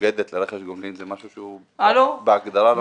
מנוגדת לרכש גומלין זה משהו שהוא בהגדרה לא נכון.